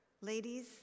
Ladies